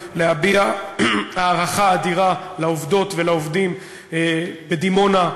הערכה אדירה לעובדות ולעובדים בדימונה,